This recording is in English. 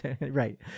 Right